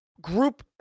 group